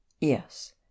Yes